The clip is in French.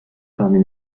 parmi